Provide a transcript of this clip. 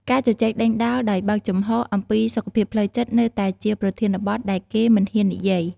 ការជជែកដេញដោលដោយបើកចំហអំពីសុខភាពផ្លូវចិត្តនៅតែជាប្រធានបទដែលគេមិនហ៊ាននិយាយ។